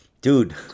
dude